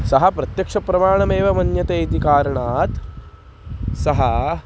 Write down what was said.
सः प्रत्यक्षप्रमाणमेव मन्यते इति कारणात् सः